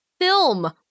Film